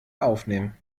aufnehmen